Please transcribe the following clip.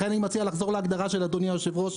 לכן אני מציע לחזור להגדרה הפשוטה של אדוני היושב-ראש,